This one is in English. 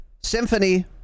Symphony